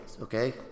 Okay